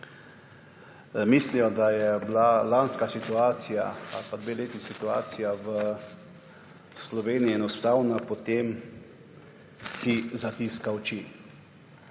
mislijo, da je bila lanska situacija ali pa dva leti situacija v Sloveniji enostavna, potem si zatiska oči.